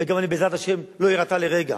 ובעזרת השם אני לא אירתע לרגע.